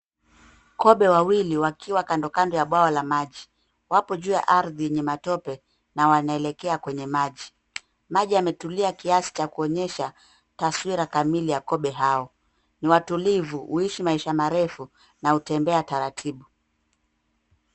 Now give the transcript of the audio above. Kobe wawili wakiwa kando kando ya bwawa la maji. Wapo juu ya ardhi yenye matope na wanaelekea kwenye maji. Maji yametulia kiasi cha kuonyesha taswira kamili ya kobe hao, ni watulivu, huishi maisha marefu na hutembea taratibu.